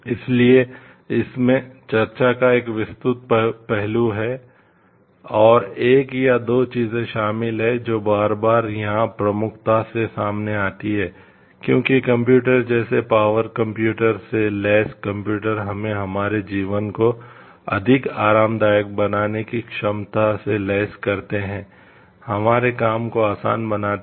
इसलिए इसमें चर्चा का एक विस्तृत पहलू और 1 या 2 चीजें शामिल हैं जो बार बार यहां प्रमुखता से सामने आती हैं क्योंकि कंप्यूटर जैसे पॉवर कंप्यूटर से लैस कंप्यूटर हमें हमारे जीवन को अधिक आरामदायक बनाने की क्षमता से लैस करते हैं हमारे काम को आसान बनाते हैं